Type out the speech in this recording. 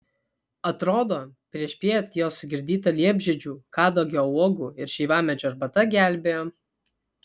atrodo priešpiet jo sugirdyta liepžiedžių kadagio uogų ir šeivamedžio arbata gelbėjo